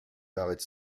barrett